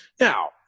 Now